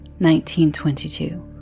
1922